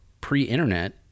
pre-internet